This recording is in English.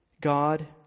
God